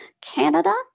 Canada